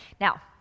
Now